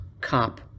COP